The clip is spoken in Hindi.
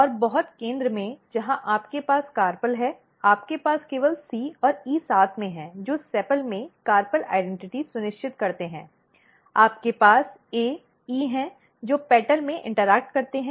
और बहुत केंद्र में जहां आपके पास कापेल है आपके पास केवल C और E साथ में हैजो सेपल में कापेल पहचान सुनिश्चित करते हैं आपके पास A E हैं जो पंखुड़ी में इन्टर्ऐक्ट करते हैं